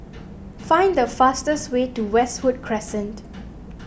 find the fastest way to Westwood Crescent